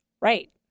Right